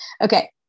okay